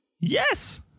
Yes